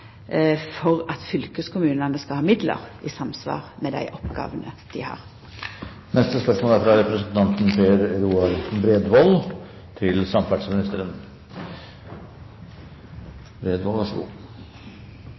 for at fylkeskommunane skal ha midlar i samsvar med dei oppgåvene dei har. Jeg tillater meg å stille følgende spørsmål til samferdselsministeren: «Daglig er